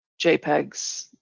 jpegs